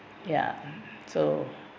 ya so